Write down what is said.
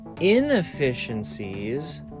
inefficiencies